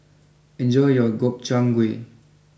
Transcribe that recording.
enjoy your Gobchang Gui